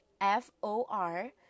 f-o-r